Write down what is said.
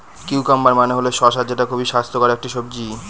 cucumber মানে হল শসা যেটা খুবই স্বাস্থ্যকর একটি সবজি